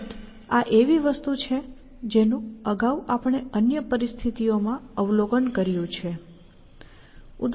અલબત્ત આ એવી વસ્તુ છે જેનું અગાઉ આપણે અન્ય પરિસ્થિતિઓમાં અવલોકન કર્યું છે